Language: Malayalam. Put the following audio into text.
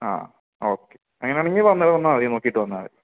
ആ ഓക്കേ അങ്ങനെ ആണെങ്കിൽ വന്നാൽ മതി നോക്കിയിട്ട് വന്നാൽ മതി